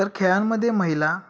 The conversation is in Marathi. तर खेळांमध्ये महिला